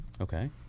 Okay